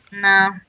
No